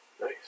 Nice